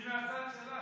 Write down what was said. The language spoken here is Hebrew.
היא מהצד שלך,